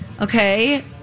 Okay